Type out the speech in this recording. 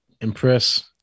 impress